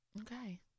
Okay